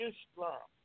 Islam